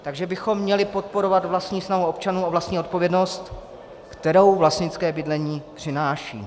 Takže bychom měli podporovat vlastní snahu občanů o vlastní odpovědnost, kterou vlastnické bydlení přináší.